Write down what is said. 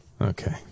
Okay